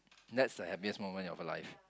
that's like happiest moment of your life